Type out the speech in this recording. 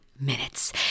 Minutes